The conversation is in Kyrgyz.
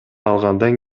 алгандан